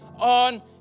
On